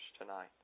tonight